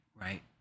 right